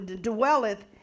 dwelleth